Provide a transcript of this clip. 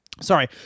Sorry